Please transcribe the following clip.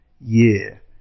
year